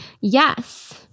yes